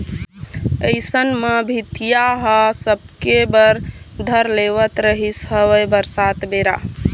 अइसन म भीतिया ह भसके बर धर लेवत रिहिस हवय बरसात बेरा